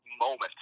moment